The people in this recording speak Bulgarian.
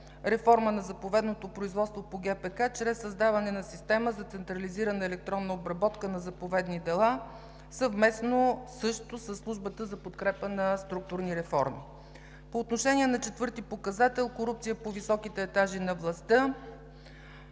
реформа на заповедното производство по ГПК чрез създаване на система за централизирана електронна обработка на заповедни дела, съвместно също със Службата за подкрепа на структурни реформи. По отношение на четвърти показател – „Корупция по високите етажи на властта“,